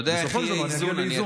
בסופו של דבר נגיע לאיזון.